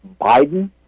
Biden